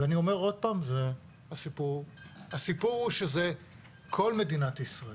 אני אומר עוד פעם, הסיפור הוא שזה כל מדינת ישראל.